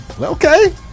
Okay